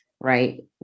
right